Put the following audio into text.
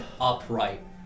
upright